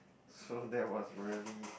so that was really